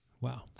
Wow